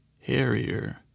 Harrier